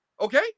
Okay